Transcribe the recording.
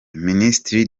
minisitiri